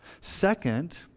Second